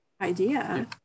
idea